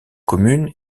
commune